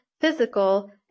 physical